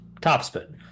topspin